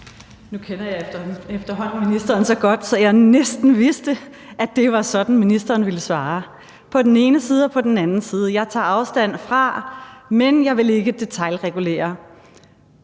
Nu kender jeg jo efterhånden ministeren så godt, at jeg næsten vidste, at det var sådan, ministeren ville svare: På den ene side og på den anden side, jeg tager afstand fra, men jeg vil ikke detailregulere.